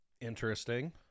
Interesting